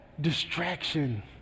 distraction